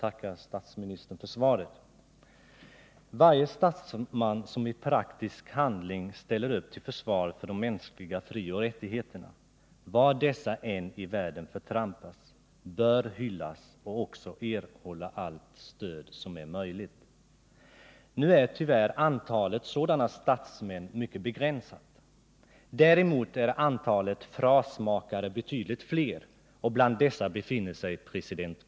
Herr talman! Varje statsman som i praktisk handling ställer upp till försvar för de mänskliga frioch rättigheterna, var än i världen dessa förtrampas, bör hyllas och också erhålla allt stöd som är möjligt. Nu är tyvärr antalet sådana statsmän mycket begränsat. Däremot är antalet frasmakare betydligt fler, och bland dessa befinner sig president Carter.